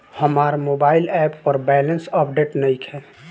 हमार mobile app पर balance update नइखे